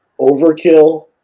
overkill